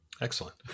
Excellent